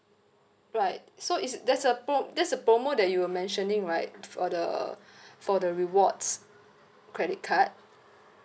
right so is there's a pro~ there's a promo that you were mentioning right for the for the rewards credit card